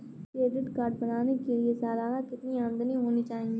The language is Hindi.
क्रेडिट कार्ड बनाने के लिए सालाना कितनी आमदनी होनी चाहिए?